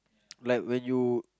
like when you